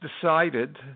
decided